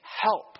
help